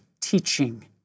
teaching